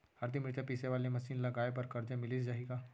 हरदी, मिरचा पीसे वाले मशीन लगाए बर करजा मिलिस जाही का?